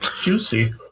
Juicy